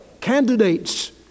candidates